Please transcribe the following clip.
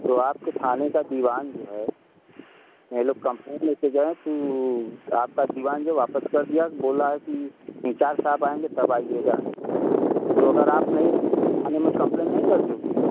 तो आपके थाने का दीवान जो है ये लोग कंप्लेन ले के गए कि आपका दीवान जो वापस कर दिया बोला है कि इंचार्ज साहब आएंगे तब आइएगा तो अगर आप नहीं रहेंगे तो थाने में कंप्लेन नहीं दर्ज होगी